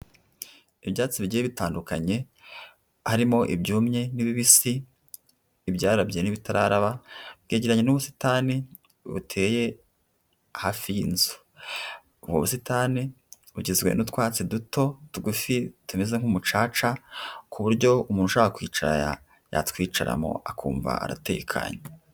Ibyatsi bigiye bitandukanye, harimo ibyumye n'ibibisi, ibyarabye n'ibitararaba, byegeranye n'ubusitani buteye hafi y'inzu. Ubwo busitani bugizwe n'utwatsi duto tugufi tumeze nk'umucaca, ku buryo umuntu ushaka kwicara yatwicaramo, akumva aratekanye.